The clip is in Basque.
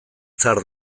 zahar